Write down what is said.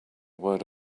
word